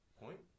point